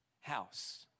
house